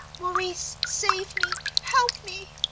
maurice, save me, help me!